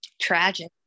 tragic